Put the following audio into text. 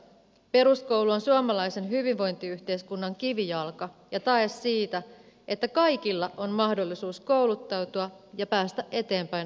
peruskoulu on suomalaisen hyvinvointiyhteiskunnan kivijalka ja tae siitä että kaikilla on mahdollisuus kouluttautua ja päästä eteenpäin elämässä